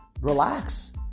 relax